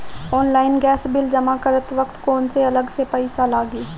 Online gas bill जमा करत वक्त कौने अलग से पईसा लागी?